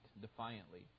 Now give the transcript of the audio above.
defiantly